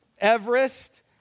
Everest